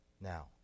Now